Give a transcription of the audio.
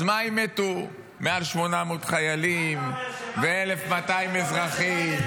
אז מה אם מתו מעל 800 חיילים, ו-1,200 אזרחים?